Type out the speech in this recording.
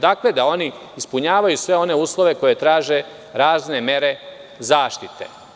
Dakle, da ispunjavaju sve uslove koje traže razne mere zaštite.